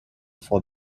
for